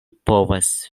povas